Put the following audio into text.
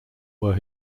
were